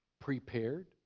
prepared